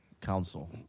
council